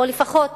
או לפחות